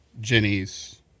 Jenny's